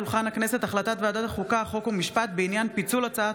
הצעת ועדת החוקה חוק ומשפט בעניין פיצול הצעת